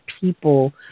people